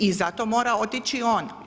I zato mora otići on.